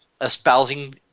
espousing